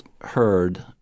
heard